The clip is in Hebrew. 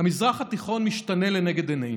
המזרח התיכון משתנה לנגד עינינו.